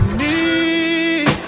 need